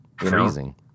Amazing